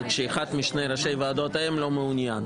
כשאחד משני ראשי הוועדות לא מעוניין.